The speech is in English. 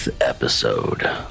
episode